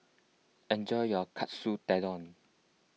enjoy your Katsu Tendon